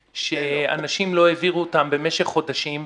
שאנשים לא העבירו אותם במשך חודשים,